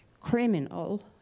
criminal